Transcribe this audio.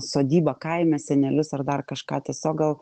sodybą kaime senelius ar dar kažką tiesiog gal